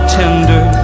tender